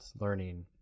learning